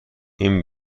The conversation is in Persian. این